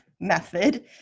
method